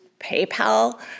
PayPal